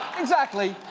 exactly.